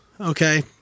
Okay